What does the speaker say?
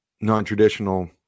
non-traditional